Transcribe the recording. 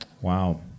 Wow